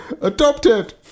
adopted